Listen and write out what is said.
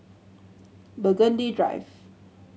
Burgundy Drive